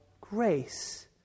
grace